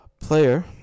player